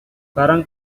barang